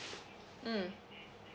mm